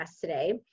today